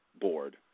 board